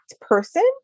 person